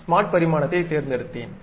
smart பரிமாணத்தை தேர்ந்தெடுத்தேன்